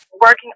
working